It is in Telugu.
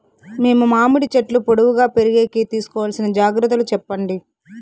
మేము మామిడి చెట్లు పొడువుగా పెరిగేకి తీసుకోవాల్సిన జాగ్రత్త లు చెప్పండి?